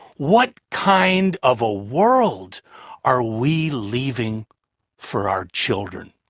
what kind of a world are we leaving for our children?